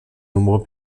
nombreux